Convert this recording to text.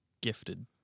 gifted